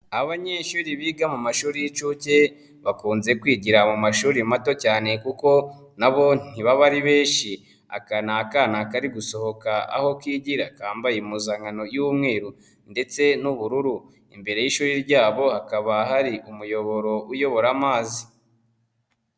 Abanyeshuri biga mu mashuri y'inshuke bakunze kwigira mu mashuri mato cyane kuko na bo ntibaba ari benshi, aka ni akana kari gusohoka aho kigira kambaye impuzankano y'umweru ndetse n'ubururu, imbere y'ishuri ryabo hakaba hari umuyoboro uyobora amazi.